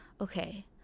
okay